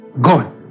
God